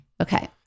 Okay